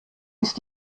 ist